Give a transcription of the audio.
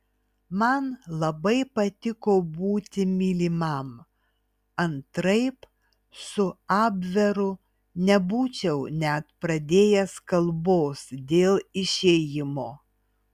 man labai patiko būti mylimam antraip su abveru nebūčiau net pradėjęs kalbos dėl išėjimo